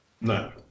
No